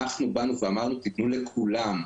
אנחנו באנו ואמרנו תתנו לכולם,